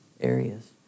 areas